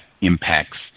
impacts